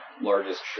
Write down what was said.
largest